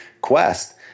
Quest